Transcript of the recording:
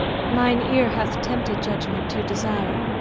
mine eare hath tempted iudgement to desire